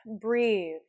breathe